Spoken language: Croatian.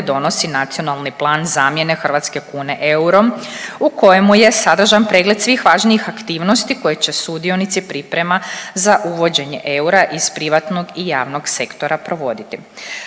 donosi Nacionalni plan zamjene hrvatske kune eurom u kojemu je sadržan pregled svih važnijih aktivnosti koje će sudionici priprema za uvođenje eura iz privatnog i javnog sektora provoditi.